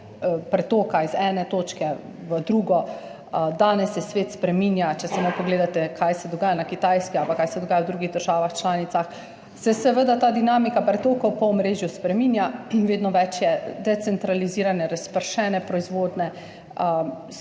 pretoka iz ene točke v drugo, danes se svet spreminja. Če samo pogledate, kaj se dogaja na Kitajskem ali kaj se dogaja v drugih državah članicah, se seveda ta dinamika pretokov po omrežju spreminja in vedno več je decentralizirane razpršene proizvodnje,